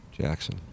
Jackson